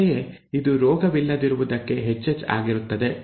ಅಂತೆಯೇ ಇದು ರೋಗವಿಲ್ಲದಿರುವುದಕ್ಕೆ hh ಆಗಿರುತ್ತದೆ